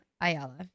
Ayala